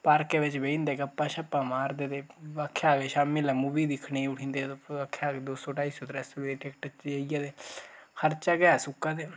पार्के बिच्च बेही जंदे गप्पां शप्पां मारदे ते आखेआ शामीं ले मूवी दिक्खने गी उठी जंदे ते आखेआ के दो सौ ढाई सौ त्रै सौ दी टिकट लेइयै ते खर्चा गै ऐ सुक्का ते